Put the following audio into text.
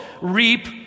reap